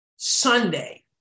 Sunday